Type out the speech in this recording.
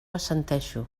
assenteixo